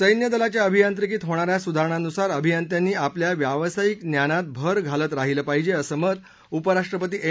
सैन्य दलाच्या अभियांत्रिकीत होणा या सुधारणानुसार अभियंत्यांनी आपल्या व्यावसायिक ज्ञानात भर घालत रहीलं पाहिजे असं मत उपराष्ट्रपती एम